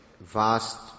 vast